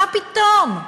מה פתאום?